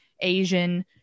Asian